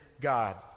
God